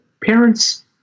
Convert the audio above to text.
parents